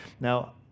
Now